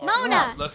Mona